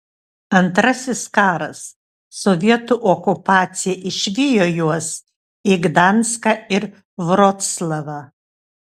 antrasis karas sovietų okupacija išvijo juos į gdanską ir vroclavą